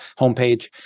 homepage